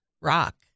rock